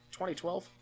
2012